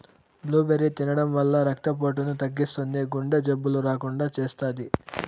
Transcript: blueberry తినడం వల్ల రక్త పోటును తగ్గిస్తుంది, గుండె జబ్బులు రాకుండా చేస్తాది